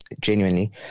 genuinely